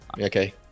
Okay